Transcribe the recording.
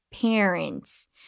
parents